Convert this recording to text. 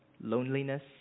loneliness